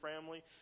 family